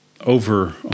over